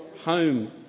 home